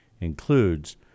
includes